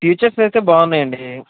features అయితే బాగున్నాయి అండి